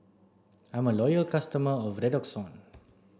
I'm a loyal customer of Redoxon